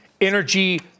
Energy